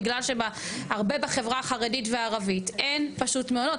בגלל שבהרבה בחברה החרדית והערבית אין פשוט מעונות,